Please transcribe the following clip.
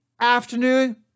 afternoon